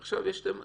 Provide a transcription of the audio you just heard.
יש שני מצבים: